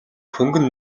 хөнгөн